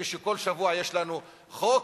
ושכל שבוע יש לנו חוק.